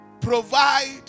provide